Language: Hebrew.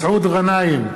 מסעוד גנאים,